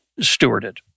stewarded